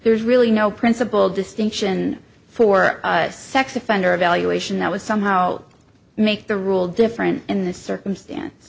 there's really no principle distinction for sex offender evaluation that was somehow make the rule different in this circumstance